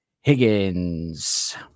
Higgins